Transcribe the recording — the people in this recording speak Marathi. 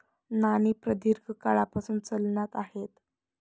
नाणी प्रदीर्घ काळापासून चलनात आहेत